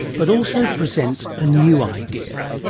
but also presents a new idea.